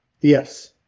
Yes